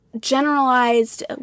generalized